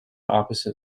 opposite